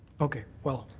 okay. well,